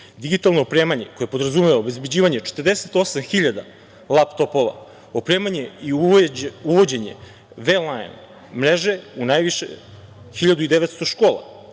Digitalno opremanje koje podrazumeva obezbeđivanje 48.000 laptopova. Opremanje i uvođenje onlajn mreže u najviše 1900 škola.